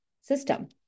system